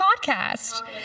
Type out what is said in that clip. podcast